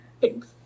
Thanks